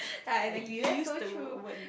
like you used the word